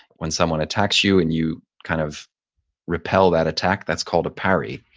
when someone attacks you and you kind of repel that attack, that's called a parry.